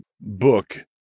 book